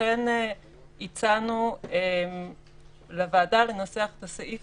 ולכן הצענו לוועדה לנסח את הסעיף